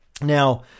Now